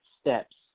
steps